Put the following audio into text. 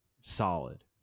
solid